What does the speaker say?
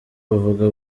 buvuga